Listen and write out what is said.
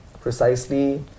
precisely